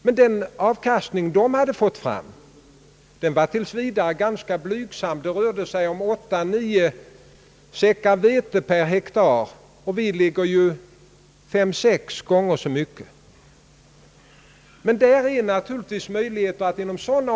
Men den avkastning man hade fått fram i Sovjetunionen var tills vidare ganska blygsam. Det rörde sig om 8 till 9 säckar vete per hektar. Hos oss är det fem eller sex gånger så mycket.